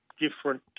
different